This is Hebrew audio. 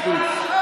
מספיק.